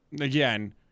again